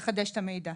לחדש את המידע,